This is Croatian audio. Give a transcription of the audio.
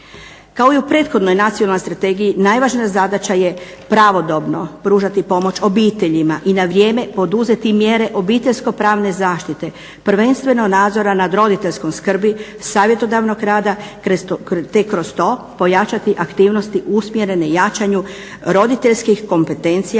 Kao i u prethodnoj Nacionalnoj strategiji najvažnija zadaća je pravodobno pružati pomoć obiteljima i na vrijeme poduzeti mjere obiteljsko-pravne zaštite, prvenstveno nadzora nad roditeljskom skrbi, savjetodavnog rada te kroz to pojačati aktivnosti usmjerene jačanju roditeljskih kompetencija,